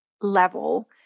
level